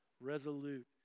resolute